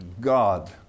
God